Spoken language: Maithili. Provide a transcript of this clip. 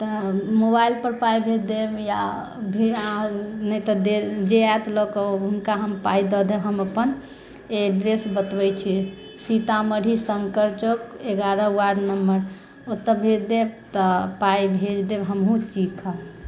तऽ मोबाइल पर पाइ भेज देब या नहि तऽ जे आयत लऽकऽ हुनका हम पाइ दै देब हम अपन एड्रेस बतबैत छी सीतामढ़ी शङ्कर चौक एगारह वार्ड नम्बर ओतहुँ भेज देब तऽ पाइ भेज देब हमहुँ चीखब